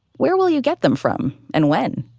where will you get them from and when?